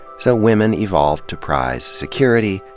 so women evolved to prize security,